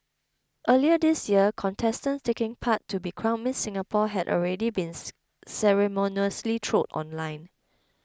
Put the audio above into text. earlier this year contestants taking part to be crowned Miss Singapore had already bins ceremoniously trolled online